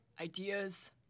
ideas